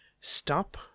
stop